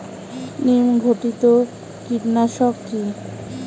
নিম ঘটিত কীটনাশক কি?